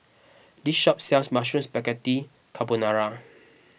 this shop sells Mushroom Spaghetti Carbonara